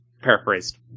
Paraphrased